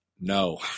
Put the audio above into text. No